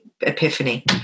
epiphany